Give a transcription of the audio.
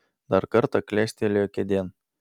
dar kartą klestelėjo kėdėn